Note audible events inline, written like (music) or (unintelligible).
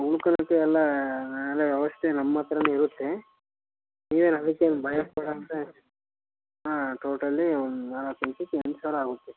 ಉಳ್ಕೊಳಕ್ಕೆ ಎಲ್ಲ ಅಲೆ ವ್ಯವಸ್ಥೆ ನಮ್ಮ ಹತ್ರನೆ ಇರುತ್ತೆ ನೀವೇನೂ ಅದಕ್ಕೇನೂ ಭಯಪಡುವಂಥ (unintelligible) ಹಾಂ ಟೋಟಲಿ ಒಂದು ನಾಲ್ಕು ಜನಕ್ಕೆ ಎಂಟು ಸಾವಿರ ಆಗುತ್ತೆ